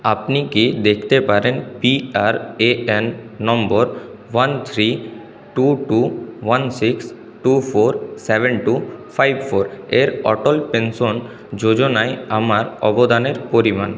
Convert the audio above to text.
আপনি কি দেখতে পারেন পিআরএএন নম্বর one three two two one six two four seven two five four এর অটল পেনশন যোজনায় আমার অবদানের পরিমাণ